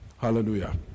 Hallelujah